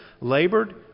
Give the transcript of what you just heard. labored